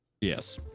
yes